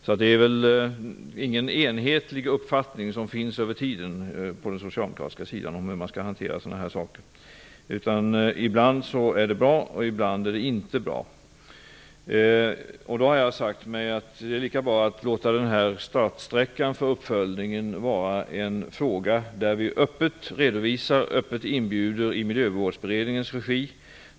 Det finns väl ingen enhetlig uppfattning över tiden på den socialdemokratiska sidan om hur man skall hantera sådana här saker. Ibland är det bra, ibland är det inte bra. Jag har sagt mig att det är lika bra att låta startsträckan för uppföljningen redovisas öppet och öppet inbjuda till diskussioner om frågan i Miljövårdsberedningens regi.